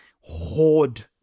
hoard